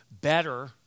better